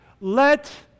Let